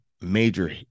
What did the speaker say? major